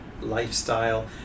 lifestyle